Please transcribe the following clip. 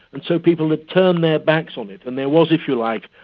and so people had turned their backs on it and there was, if you like,